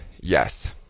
yes